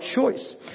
choice